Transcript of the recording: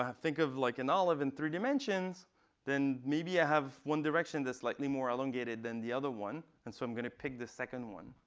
think of like an olive in three dimensions then maybe i have one direction that's slightly more elongated than the other one. and so i'm going to pick the second one.